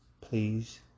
please